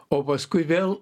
o paskui vėl